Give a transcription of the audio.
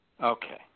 Okay